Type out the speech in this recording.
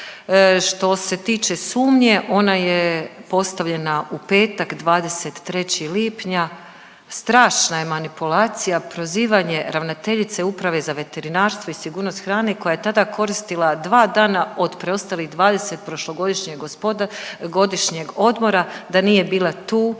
Što se tiče sumnje ona je postavljena u petak 23. lipnja. Strašna je manipulacija prozivanje ravnateljice Uprave za veterinarstvo i sigurnost hrane koja je tada koristila dva dana od preostalih 20 prošlogodišnjeg godišnjeg odmora da nije bila tu.